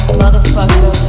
motherfucker